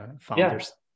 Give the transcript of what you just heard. founders